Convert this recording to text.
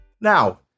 Now